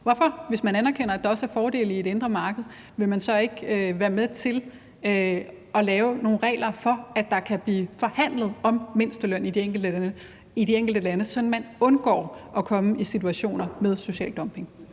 dumping. Hvis man anerkender, at der også er fordele i et indre marked, hvorfor vil man så ikke være med til at lave nogle regler for, at der kan blive forhandlet om mindsteløn i de enkelte lande, sådan at man undgår at komme i situationer med social dumping?